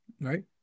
Right